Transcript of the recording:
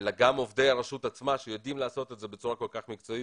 אלא גם עובדי הרשות עצמה שיודעים לעשות את זה בצורה כל כך מקצועית,